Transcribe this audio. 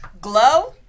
glow